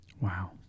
wow